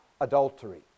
adultery